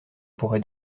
pourrai